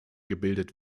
gebildet